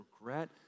regret